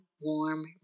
warm